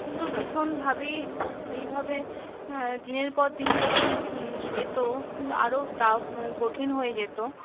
কিন্তু ভীষণভাবেই এভাবে দিনের পর দিন যখন যেত আরও টাফ কঠিন হয়ে যেত